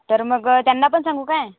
तर मग त्यांना पण सांगू काय